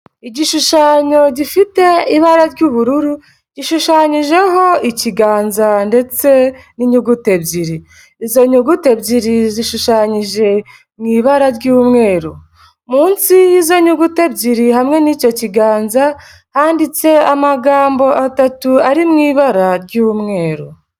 Igishushanyo gifite ibara ry'ubururu, gishushanyijeho ikiganza ndetse n'inyuguti ebyiri, izo nyuguti ebyiri zishushanyije mu ibara ry'umweru, munsi y'izo nyuguti ebyiri hamwe n'icyo kiganza handitse amagambo atatu ari mu ibara ry'umweru.